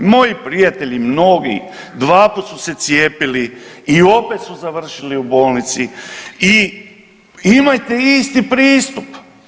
Moji prijatelji mnogi, dvaput su se cijepili i opet su završili u bolnici i imajte isti pristup.